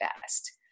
best